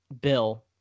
Bill